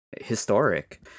historic